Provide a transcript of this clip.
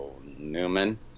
Newman